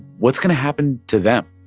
what's going to happen to them?